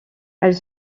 elle